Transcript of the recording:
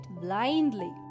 blindly